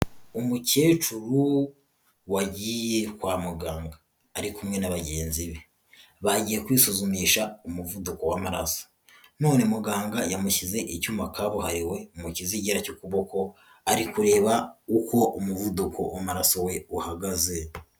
Umukecuru wagiye kwa muganga ari kumwe na bagenzi be. Bagiye kwisuzumisha umuvuduko w'amaraso none muganga yamushyize icyuma kabuhariwe mu kizigira cy'ukuboko ari kureba uko umuvuduko w'amaraso we uhagaze.